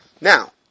Now